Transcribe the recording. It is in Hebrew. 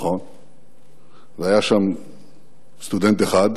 והיה שם סטודנט אחד,